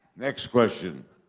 next question.